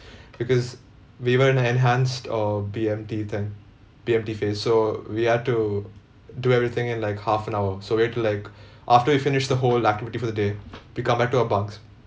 because we were in an enhanced err B_M_T then B_M_T phase so we had to do everything in like half an hour so we had to like after we finished the whole activity for the day we come back to our bunks